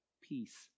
peace